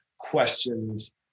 Questions